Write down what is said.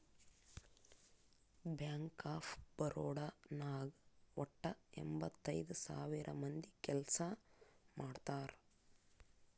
bank of Baroda ನಾಗ್ ವಟ್ಟ ಎಂಭತ್ತೈದ್ ಸಾವಿರ ಮಂದಿ ಕೆಲ್ಸಾ ಮಾಡ್ತಾರ್